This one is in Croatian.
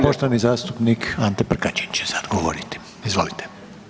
Poštovani zastupnik Ante Prkačin će sad govoriti, izvolite.